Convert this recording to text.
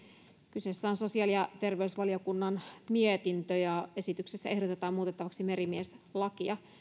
kyseessä on sosiaali ja terveysvaliokunnan mietintö ja esityksessä ehdotetaan muutettavaksi merimieslakia